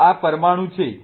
તો આ પરમાણુ છે